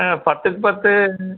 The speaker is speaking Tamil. ஆ பத்துக்கு பத்து